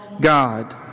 God